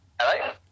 Hello